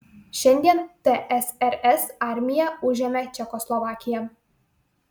šiandien tsrs armija užėmė čekoslovakiją